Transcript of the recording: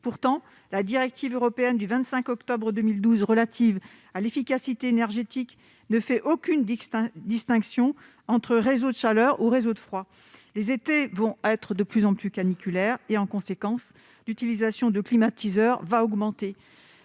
Pourtant, la directive 2012/27/UE du 25 octobre 2012 relative à l'efficacité énergétique ne fait aucune distinction entre réseaux de chaleur et réseaux de froid. Les étés seront de plus en plus caniculaires et, en conséquence, l'utilisation des climatiseurs va augmenter.